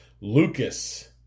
Lucas